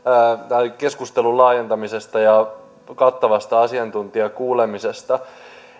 keskustelun laajentamisessa ja kattavasta asiantuntijakuulemisesta